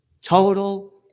total